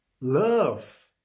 love